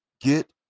get